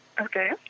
Okay